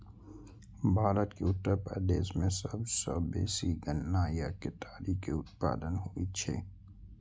भारत के उत्तर प्रदेश मे सबसं बेसी गन्ना या केतारी के उत्पादन होइ छै